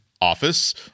Office